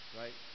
right